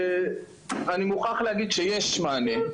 אני מוכרח להגיד שיש מענה,